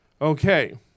Okay